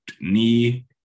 knee